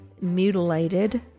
mutilated